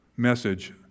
message